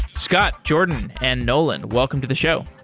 scott, jordan and nolan, welcome to the show